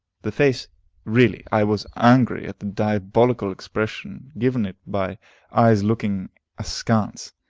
the face really, i was angry at the diabolical expression given it by eyes looking askance,